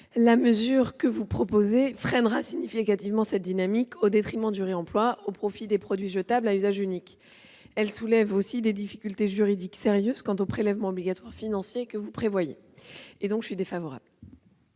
La mesure que vous proposez freinera significativement cette dynamique ; sa mise en oeuvre se fera donc au détriment du réemploi et au profit des produits jetables à usage unique. Elle soulève en outre des difficultés juridiques sérieuses quant au prélèvement obligatoire financier que vous prévoyez. Avis défavorable.